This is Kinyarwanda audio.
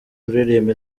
kuririmba